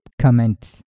comment